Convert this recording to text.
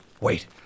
Wait